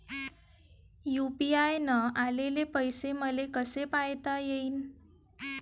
UPI न आलेले पैसे मले कसे पायता येईन?